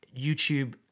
YouTube